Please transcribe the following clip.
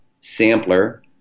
Sampler